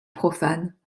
profane